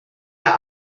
der